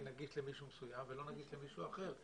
נגישה למישהו מסוים ולא נגישה למישהו אחר.